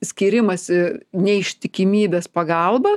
skyrimąsi neištikimybės pagalba